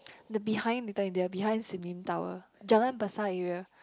the behind Little India behind Sim Lim tower Jalan Besar area